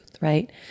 right